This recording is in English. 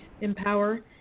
empower